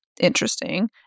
interesting